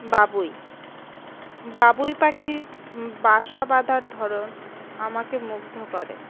বাবই বাবুই পাখির বাসা বাঁধার ধরন আমাকে মুগ্ধ করে